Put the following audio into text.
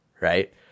right